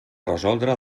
resoldre